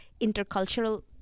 intercultural